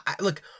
look